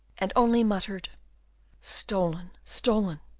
and only muttered stolen, stolen,